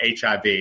HIV